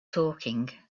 talking